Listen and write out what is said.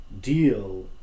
deal